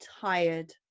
tired